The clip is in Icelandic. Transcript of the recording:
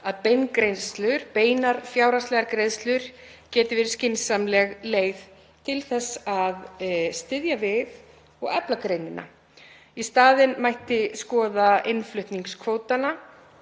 að beingreiðslur, beinar fjárhagslegar greiðslur, geti verið skynsamleg leið til þess að styðja við og efla greinina. Í staðinn mætti skoða innflutningskvótana